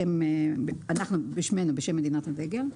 אנחנו בשמנו, בשם מדינת הדגל.